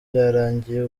bwarangiye